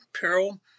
peril